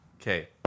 Okay